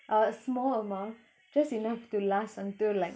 a small amount just enough to last until like